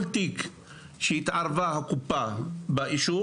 כל תיק שהקופה התערבה באישורו